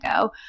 go